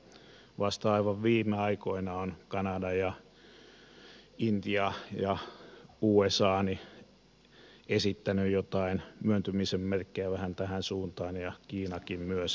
vasta aivan viime aikoina ovat kanada intia ja usa esittäneet joitain myöntymisen merkkejä vähän tähän suuntaan ja kiinakin myös